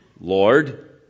Lord